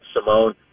Simone